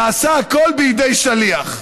נעשה הכול בידי שליח.